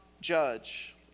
judge